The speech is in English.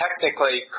technically